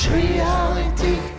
reality